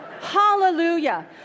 hallelujah